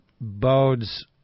bodes